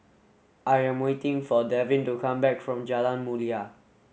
I am waiting for Devin to come back from Jalan Mulia